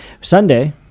Sunday